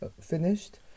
finished